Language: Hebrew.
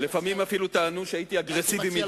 לפעמים אפילו טענו שהייתי אגרסיבי מדי.